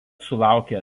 sulaukė